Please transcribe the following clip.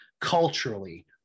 culturally